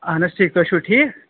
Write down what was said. اَہَن حظ ٹھیٖک تُہۍ چھُو ٹھیٖک